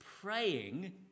praying